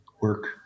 work